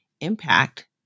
impact